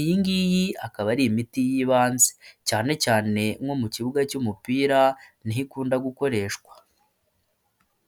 iyi ngiyi akaba ari imiti y'ibanze, cyane cyane nko mu kibuga cy'umupira niho ikunda gukoreshwa.